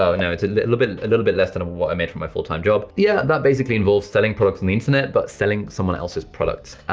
ah and no it's a little bit little bit less than i made for my full-time job. yeah, that basically involves selling products on the internet, but selling someone else's products.